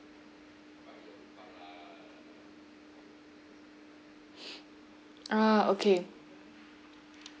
ah okay